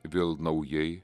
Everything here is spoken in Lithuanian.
vėl naujai